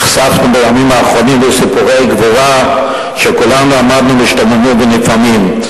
נחשפנו בימים האחרונים לסיפורי גבורה שכולנו עמדנו משתוממים ונפעמים.